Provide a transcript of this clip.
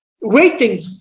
waiting